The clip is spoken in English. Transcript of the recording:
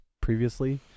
previously